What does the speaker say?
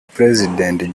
president